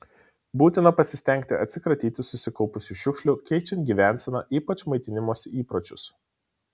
būtina pasistengti atsikratyti susikaupusių šiukšlių keičiant gyvenseną ypač maitinimosi įpročius